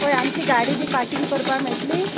हय आमची गाडी बी पाकींग करपाक मेळटली